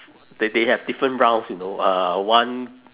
they they have different rounds you know uh one